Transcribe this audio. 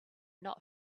not